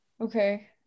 okay